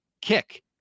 kick